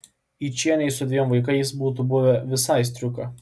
yčienei su dviem vaikais būtų buvę visai striuka